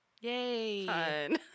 Yay